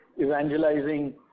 evangelizing